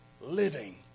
living